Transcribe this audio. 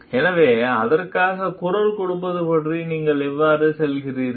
எனவே அதற்காக குரல் கொடுப்பது பற்றி நீங்கள் எவ்வாறு செல்கிறீர்கள்